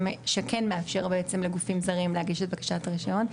שכן מאפשר בעצם לגופים זרים להגיש את בקשת הרישיון,